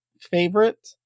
favorite